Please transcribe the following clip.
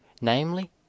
namely